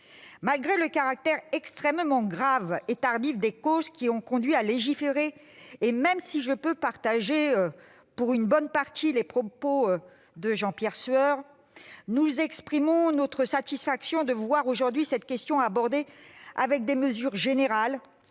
Malgré le caractère extrêmement grave des causes qui ont conduit à légiférer, bien tardivement, et même si je peux partager, pour une bonne partie, les propos de Jean-Pierre Sueur, je tiens à exprimer notre satisfaction de voir aujourd'hui cette question abordée avec des mesures générales